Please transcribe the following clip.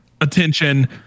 attention